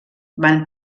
van